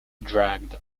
dragged